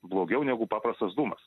blogiau negu paprastas dūmas